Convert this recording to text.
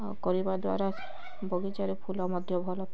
ଆଉ କରିବା ଦ୍ୱାରା ବଗିଚାରେ ଫୁଲ ମଧ୍ୟ ଭଲ